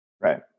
right